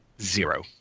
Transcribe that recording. Zero